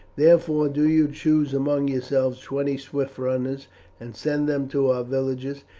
therefore do you choose among yourselves twenty swift runners and send them to our villages,